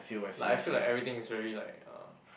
like I feel like everything is very like uh